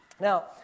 Now